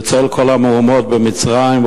בצל כל המהומות במצרים,